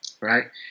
right